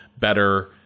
better